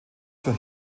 für